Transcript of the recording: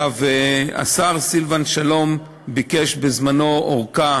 השר סילבן שלום ביקש בזמנו ארכה